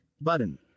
button